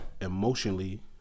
emotionally